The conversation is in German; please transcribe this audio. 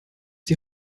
die